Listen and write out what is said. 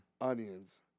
onions